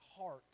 Heart